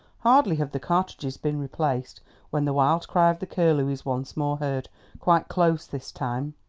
hardly have the cartridges been replaced when the wild cry of the curlew is once more heard quite close this time.